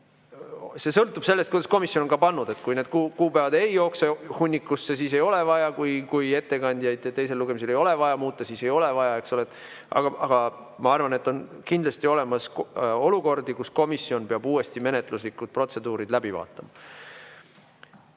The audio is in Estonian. See sõltub sellest, kuidas komisjon on [kuupäevad] pannud. Kui need kuupäevad ei jookse hunnikusse, siis ei ole vaja, kui ettekandjaid teisel lugemisel ei ole vaja muuta, siis ei ole vaja. Aga ma arvan, et on kindlasti olemas olukordi, kus komisjon peab uuesti menetluslikud protseduurid läbi vaatama. Ülle